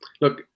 Look